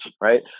right